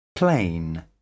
plane